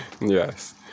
yes